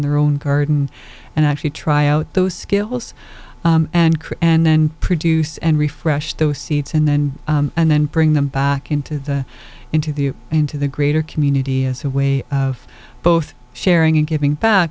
their own garden and actually try out those skills and crew and then produce and refresh those seeds and then and then bring them back into the into the into the greater community as a way of both sharing and giving back